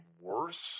worse